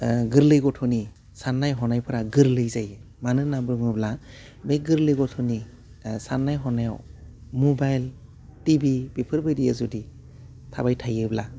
ओह गोरलै गथ'नि सान्नाय हनायफ्रा गोरलै जायो मानो होन्ना बुङोबा बे गोरलै गथ'नि ओह सान्नाय हनायाव मबाइल टिभि बेफोरबायदिया जुदि थाबाय थायोब्ला